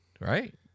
Right